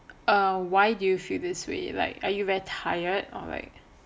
err why do feel this way like are you very tired or like